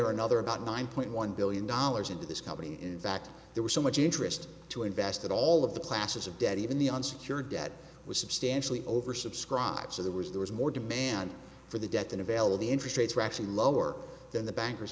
or another about nine point one billion dollars into this company in fact there was so much interest to invest that all of the classes of debt even the unsecured debt was substantially oversubscribed so there was there was more demand for the debt than available the interest rates were actually lower than the bankers